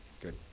good